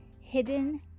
hidden